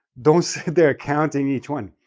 don't sit there counting each one.